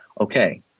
Okay